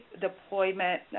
deployment